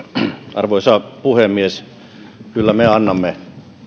arvoisa puhemies kyllä me annamme